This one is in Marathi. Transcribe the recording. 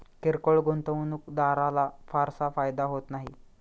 किरकोळ गुंतवणूकदाराला फारसा फायदा होत नाही